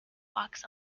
walks